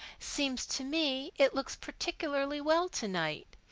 seems to me it looks particularly well to-night.